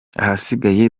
ahasigaye